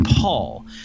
Paul